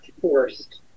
forced